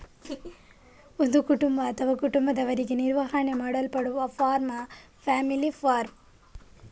ಒಂದು ಕುಟುಂಬ ಅಥವಾ ಕುಟುಂಬದವರಿಂದ ನಿರ್ವಹಣೆ ಮಾಡಲ್ಪಡುವ ಫಾರ್ಮ್ ಫ್ಯಾಮಿಲಿ ಫಾರ್ಮ್